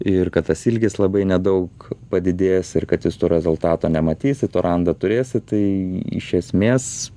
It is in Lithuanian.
ir kad tas ilgis labai nedaug padidės ir kad jis to rezultato nematys ir tą randą turėsi tai iš esmės